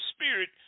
spirit